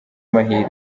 mahirwe